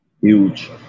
Huge